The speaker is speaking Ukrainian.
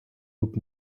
рук